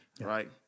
right